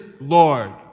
Lord